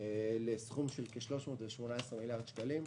בסכום של כ-318 מיליארד שקלים.